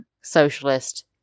socialist